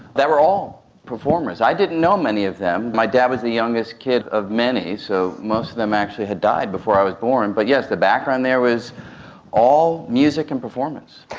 that were all performers. i didn't know many of them. my dad was the youngest kid of many, so most of them actually had died before i was born. but yes, the background there was all music and performance.